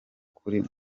kuri